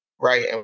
right